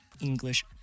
English